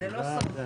זה לא סוד.